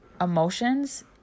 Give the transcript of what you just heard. emotions